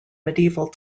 medieval